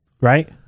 Right